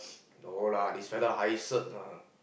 no lah this one high cert ah